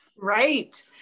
Right